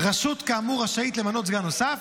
רשות כאמור רשאית למנות סגן נוסף